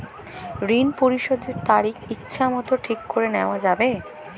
ঋণ পরিশোধের তারিখ ইচ্ছামত ঠিক করে নেওয়া যাবে?